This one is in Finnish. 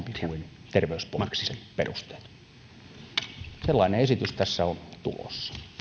kuin terveyspoliittiset perusteet sellainen esitys tässä on tulossa